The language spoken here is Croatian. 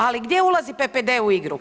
Ali gdje ulazi PPD u igru?